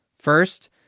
first